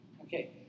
Okay